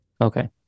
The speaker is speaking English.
Okay